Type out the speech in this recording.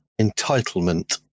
entitlement